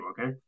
okay